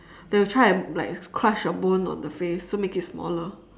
they will try and like crush your bone on the face so make it smaller